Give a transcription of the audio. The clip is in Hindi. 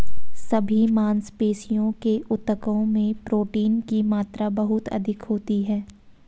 सभी मांसपेशियों के ऊतकों में प्रोटीन की मात्रा बहुत अधिक होती है